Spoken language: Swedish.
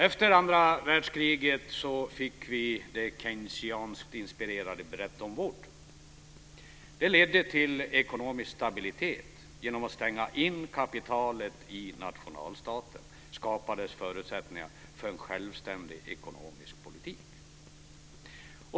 Efter andra världskriget fick vi det keynesianskt inspirerade Bretton Wood-avtalet. Det ledde till ekonomisk stabilitet. Genom att stänga in kapitalet i nationalstaten skapades förutsättningar för en självständig ekonomisk politik.